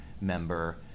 member